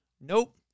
Nope